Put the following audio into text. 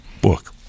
book